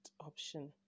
option